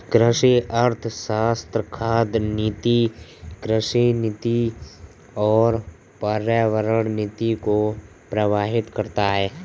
कृषि अर्थशास्त्र खाद्य नीति, कृषि नीति और पर्यावरण नीति को प्रभावित करता है